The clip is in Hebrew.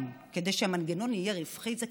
כדי שהמנגנון יהיה רווחי זה קטסטרופה.